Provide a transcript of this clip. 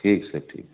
ٹھیک سر ٹھیک